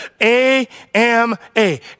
A-M-A